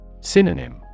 Synonym